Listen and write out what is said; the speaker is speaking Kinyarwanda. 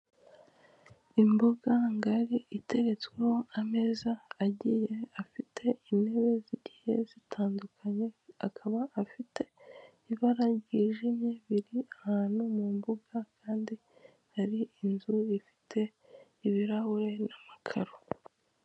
Imbuga ngari iteretsweho ameza agiye afite intebe zigiye zitandukanye, akaba afite ibara ryijimye, biri ahantu mu mbuga kandi hari inzu ifite ibirahure n'amakaro.